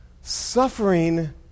Suffering